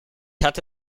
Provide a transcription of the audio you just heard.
hatte